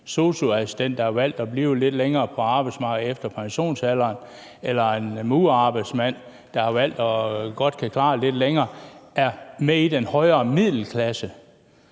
sosu-assistent, der har valgt at blive lidt længere på arbejdsmarkedet efter pensionsalderen, eller en murerarbejdsmand, der godt kan klare det lidt længere, er med i den højere middelklasse.